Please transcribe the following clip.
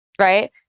Right